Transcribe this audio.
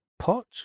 pot